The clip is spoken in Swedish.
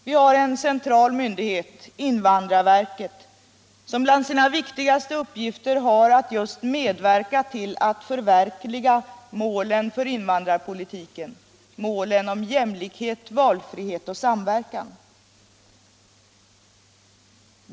Vi har en central myndighet, invandrarverket, som bland sina viktigaste uppgifter har just att medverka till att förverkliga de för invandrarpolitiken uppställda målen jämlikhet, valfrihet och samverkan.